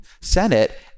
Senate